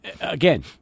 again